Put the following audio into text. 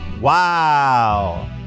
Wow